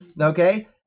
Okay